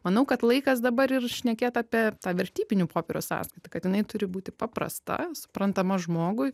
manau kad laikas dabar ir šnekėt apie tą vertybinių popierių sąskaitą kad jinai turi būti paprasta suprantama žmogui